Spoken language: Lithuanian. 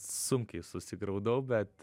sunkiai susigraudau bet